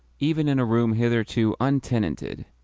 even in a room hitherto untenanted,